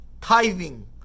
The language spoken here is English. tithing